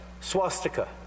swastika